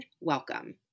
welcome